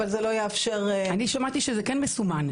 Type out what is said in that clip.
אבל זה לא יאפשר --- אני שמעתי שזה כן מסומן.